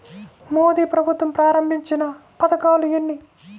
మోదీ ప్రభుత్వం ప్రారంభించిన పథకాలు ఎన్ని?